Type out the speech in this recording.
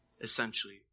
essentially